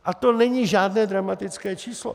A to není žádné dramatické číslo.